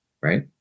right